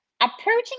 Approaching